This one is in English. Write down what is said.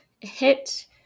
hit